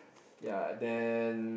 ya then